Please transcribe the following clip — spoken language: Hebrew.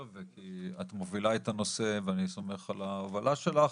וכי את מובילה את הנושא ואני סומך על ההובלה שלך,